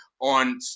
on